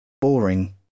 boring